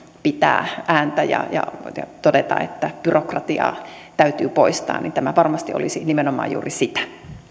pitää ääntä ja ja todeta että byrokratiaa täytyy poistaa tämä varmasti olisi nimenomaan juuri sitä